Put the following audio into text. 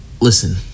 listen